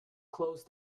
close